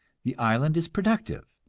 the island is productive,